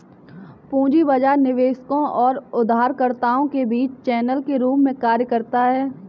पूंजी बाजार निवेशकों और उधारकर्ताओं के बीच चैनल के रूप में कार्य करता है